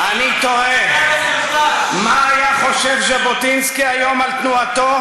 אני תוהה מה היה חושב ז'בוטינסקי היום על תנועתו,